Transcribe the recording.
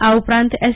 આ ઉપરાંત એસ